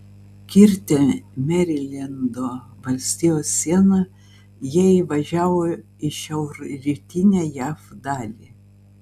kirtę merilendo valstijos sieną jie įvažiavo į šiaurrytinę jav dalį